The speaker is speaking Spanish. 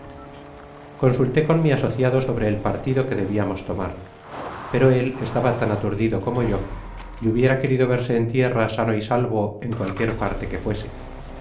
consulté con mi asociado sobre el partido que debiamos tomar pero él estaba tan aturdido como yo y hubiera querido verse en tierra sano y salvo en cualquier parte que fuese